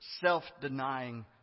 self-denying